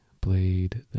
blade